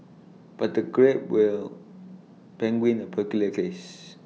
but the grape will penguin A peculiar case